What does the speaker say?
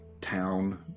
town